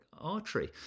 artery